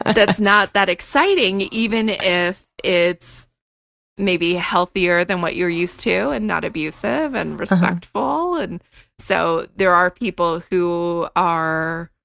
that's not that exciting, even if it's maybe healthier than what you're used to and not abusive and respectful. and so there are people who are